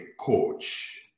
coach